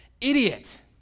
idiot